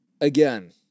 again